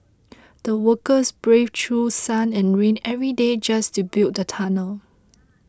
the workers braved through sun and rain every day just to build the tunnel